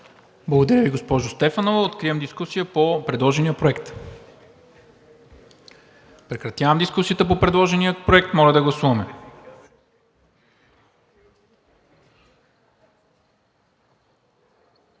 Благодаря Ви, госпожо Стефанова. Откривам дискусията по предложения проект. Прекратявам дискусията по предложения проект. Моля да гласуваме.